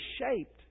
shaped